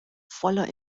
voller